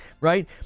right